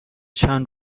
چند